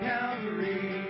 Calvary